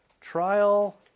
trial